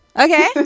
Okay